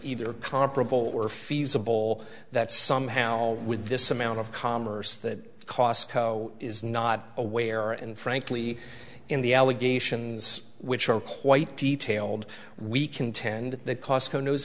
either comparable or feasible that somehow with this amount of commerce that costco is not aware and frankly in the allegations which are quite detailed we contend that costco knows